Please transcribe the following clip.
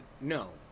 No